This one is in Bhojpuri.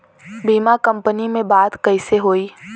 बीमा कंपनी में बात कइसे होई?